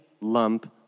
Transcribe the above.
lump